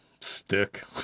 stick